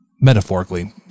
metaphorically